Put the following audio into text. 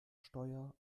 steuer